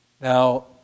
Now